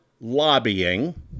lobbying